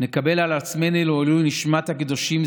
נקבל על עצמנו לעילוי נשמת הקדושים,